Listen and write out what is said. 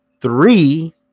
three